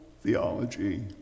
theology